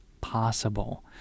possible